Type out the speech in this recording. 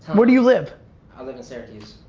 where do you live? i live in syracuse.